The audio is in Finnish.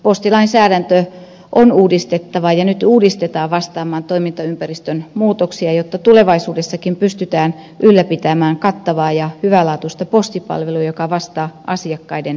postilainsäädäntö on uudistettava ja nyt uudistetaan vastaamaan toimintaympäristön muutoksia jotta tulevaisuudessakin pystytään ylläpitämään kattavaa ja hyvälaatuista postipalvelua joka vastaa asiakkaiden tarpeita